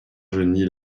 genis